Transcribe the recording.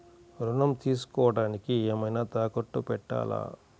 ఋణం తీసుకొనుటానికి ఏమైనా తాకట్టు పెట్టాలా?